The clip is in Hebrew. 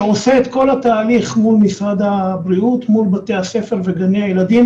שעושה את כל התהליך מול משרד הבריאות ומול בתי הספר וגני-הילדים.